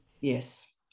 yes